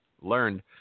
learned